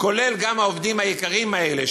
כולל העובדים היקרים האלה,